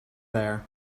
there